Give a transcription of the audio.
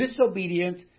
disobedience